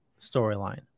storyline